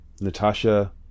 Natasha